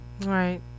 right